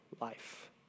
life